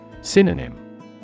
Synonym